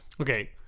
Okay